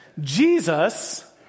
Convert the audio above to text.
Jesus